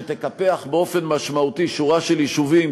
שתקפח באופן משמעותי שורה של יישובים,